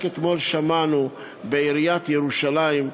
רק אתמול שמענו בעיריית ירושלים,